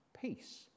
peace